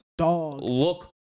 look